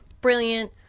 brilliant